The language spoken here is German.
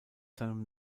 seinem